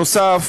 נוסף